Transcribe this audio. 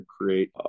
create